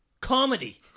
comedy